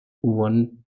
one